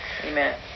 Amen